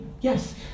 yes